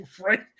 right